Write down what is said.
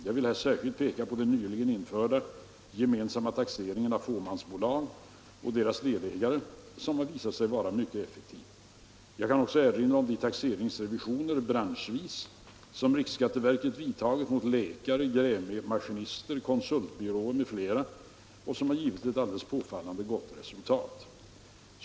Jag vill här särskilt peka på den nyligen införda gemensamma taxeringen av fåmansbolag och deras delägare som visat sig vara mycket effektiv. Jag kan också erinra om de taxeringsrevisioner branschvis som riksskatteverket vidtagit mot läkare, grävmaskinister, konsultbyråer m.fl. och som givit påfallande gott resultat.